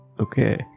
Okay